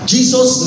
Jesus